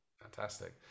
Fantastic